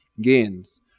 gains